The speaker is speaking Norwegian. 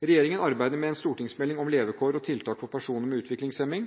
Regjeringen arbeider med en stortingsmelding om levekår og tiltak for personer med utviklingshemming.